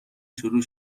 شروع